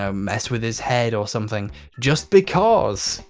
ah mess with his head or something just because.